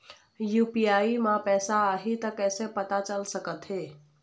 UPI म पैसा आही त कइसे पता चल सकत हे?